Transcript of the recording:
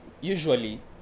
usually